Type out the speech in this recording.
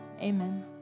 amen